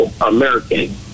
American